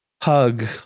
hug